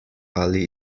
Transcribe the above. ali